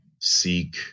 seek